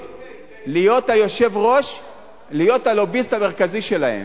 להיות הלוביסט המרכזי שלהם.